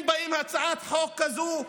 אם באים עם הצעת חוק כזאת,